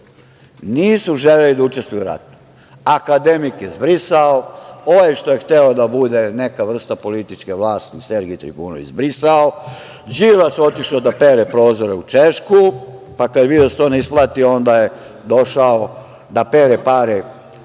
nisu želeli da učestvuju u ratu. Akademik je zbrisao, ovaj što je hteo da bude neka vrsta političke vlasti, Sergej Trifunović, zbrisao, Đilas otišao da pere prozore u Češku, pa kad je video da se to ne isplati onda je došao da pere pare,